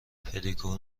پدیکور